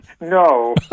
No